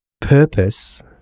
Purpose